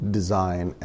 design